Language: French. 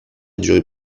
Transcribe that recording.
duré